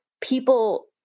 people